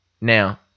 Now